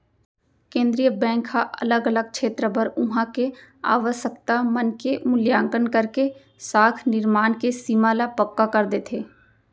केंद्रीय बेंक ह अलग अलग छेत्र बर उहाँ के आवासकता मन के मुल्याकंन करके साख निरमान के सीमा ल पक्का कर देथे